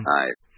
nice